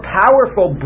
powerful